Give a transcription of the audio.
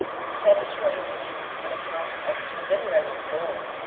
the spanish language, on account of its literary vogue,